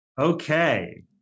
Okay